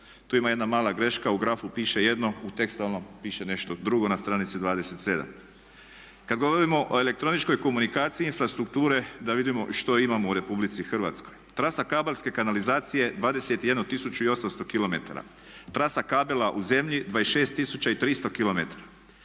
Tu ima jedna mala greška, u grafu piše jedno, u tekstualnom piše nešto drugo na stranici 27. Kada govorimo o elektroničkoj komunikaciji infrastrukture da vidimo što imamo u Republici Hrvatskoj. Trasa kabelske kanalizacije 21 tisuću i 800km, trasa kabela u zemlji 26